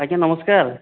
ଆଜ୍ଞା ନମସ୍କାର